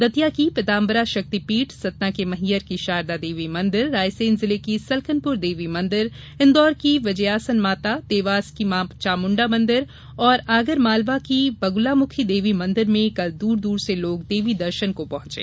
दतिया की पीतांबरा शक्तिपीठ सतना के मैहर की शारदा देवी मंदिर रायसेन जिले की सलकनपुर देवी मंदिर इंदौर की विजयासन माता देवास के मां चामुंडा मंदिर और आगर मालवा की बगुलामुखी देवी मंदिर में कल दूर दूर से लोग देवी दर्शन को पहुंचे